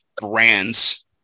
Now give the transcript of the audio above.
brands